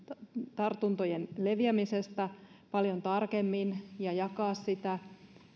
tartuntojen leviämisestä paljon tarkemmin ja jakaa sitä